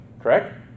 Correct